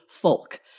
folk